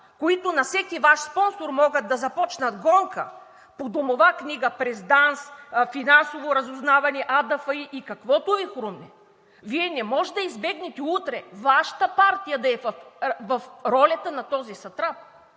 които на всеки Ваш спонсор могат да започнат гонка по домова книга през ДАНС, Финансово разузнаване, АДФИ и каквото Ви хрумне, Вие не може да избегнете утре Вашата партия да е в ролята на този сатрап.